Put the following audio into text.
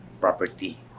property